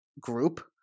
group